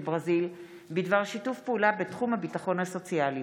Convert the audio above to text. ברזיל בדבר שיתוף פעולה בתחום הביטחון הסוציאלי,